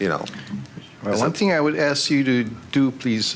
you know well one thing i would ask you to do please